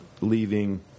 leaving